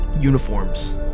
uniforms